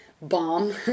bomb